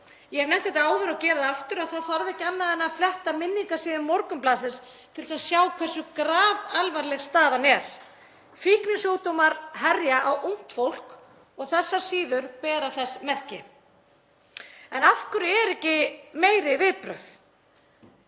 Ég hef nefnt þetta áður og geri það aftur að það þarf ekki annað en að fletta minningarsíðum Morgunblaðsins til að sjá hversu grafalvarleg staðan er. Fíknisjúkdómar herja á ungt fólk og þessar síður bera þess merki. En af hverju eru ekki meiri viðbrögð